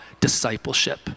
discipleship